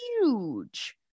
Huge